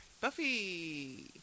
Buffy